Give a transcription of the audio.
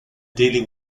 dealing